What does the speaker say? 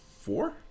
Four